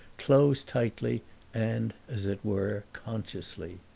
closed tightly and, as it were consciously.